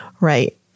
right